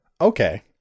okay